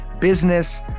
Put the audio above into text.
business